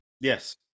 Yes